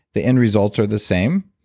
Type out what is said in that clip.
the end results are the same,